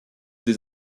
des